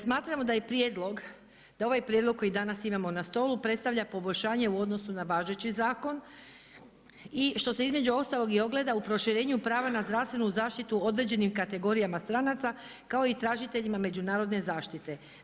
Smatramo da je prijedlog, da ovaj prijedlog koji danas imamo na stolu predstavlja poboljšanje u odnosu na važeći zakon i što se između ostalog i ogleda u proširenju prava na zdravstvenu zaštitu određenim kategorijama stranaca kao i tražiteljima međunarodne zaštite.